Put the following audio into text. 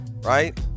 right